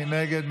מי נגד?